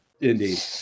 Indeed